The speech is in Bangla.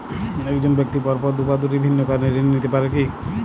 এক জন ব্যক্তি পরপর দুবার দুটি ভিন্ন কারণে ঋণ নিতে পারে কী?